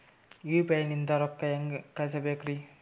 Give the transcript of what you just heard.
UPI ನಿಂದ ರೊಕ್ಕ ಹೆಂಗ ಕಳಸಬೇಕ್ರಿ?